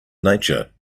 nature